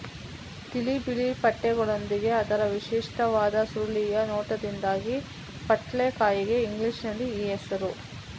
ತಿಳಿ ಬಿಳಿ ಪಟ್ಟೆಗಳೊಂದಿಗೆ ಅದರ ವಿಶಿಷ್ಟವಾದ ಸುರುಳಿಯ ನೋಟದಿಂದಾಗಿ ಪಟ್ಲಕಾಯಿಗೆ ಇಂಗ್ಲಿಷಿನಲ್ಲಿ ಈ ಹೆಸರು